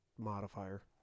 modifier